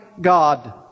God